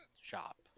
shop